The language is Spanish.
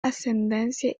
ascendencia